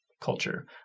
culture